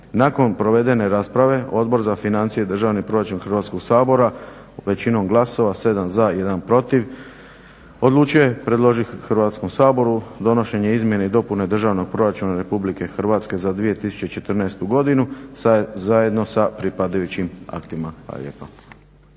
Nakon provedene rasprave Odbor za financije i državni proračun Hrvatskog sabora većinom glasova 7 za i 1 protiv odlučio je predložiti Hrvatskom saboru donošenje Izmjene i dopune Državnog proračuna Republike Hrvatske za 2014. godinu zajedno sa pripadajućim aktima.